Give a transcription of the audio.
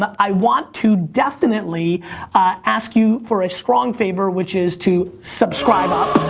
i want to definitely ask you for a strong favor, which is to subscribe up.